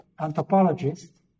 anthropologists